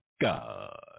God